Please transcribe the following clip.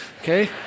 Okay